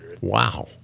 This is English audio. Wow